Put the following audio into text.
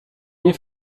nie